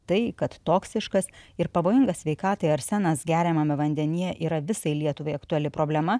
tai kad toksiškas ir pavojingas sveikatai arsenas geriamame vandenyje yra visai lietuvai aktuali problema